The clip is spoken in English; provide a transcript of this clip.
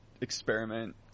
experiment